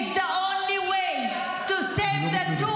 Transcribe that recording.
Today is the only way to save -- חלומות